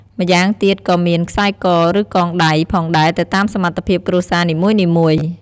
ម្យ៉ាងទៀតក៏មាន ខ្សែក ឬ កងដៃ ផងដែរទៅតាមសមត្ថភាពគ្រួសារនីមួយៗ។